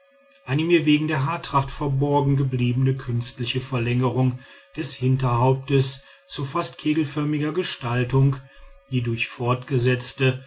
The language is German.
eine mir wegen der haartracht verborgen gebliebene künstliche verlängerung des hinterhauptes zu fast kegelförmiger gestaltung die durch fortgesetzte